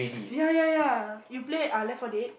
ya ya ya you play ah left for dead